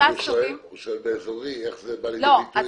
--- הוא שואל באזורי, איך זה בא לידי ביטוי.